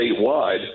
statewide –